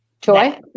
joy